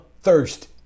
thirst